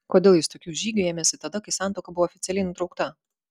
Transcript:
kodėl jis tokių žygių ėmėsi tada kai santuoka buvo oficialiai nutraukta